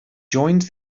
joined